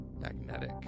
magnetic